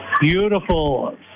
Beautiful